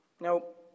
nope